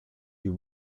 you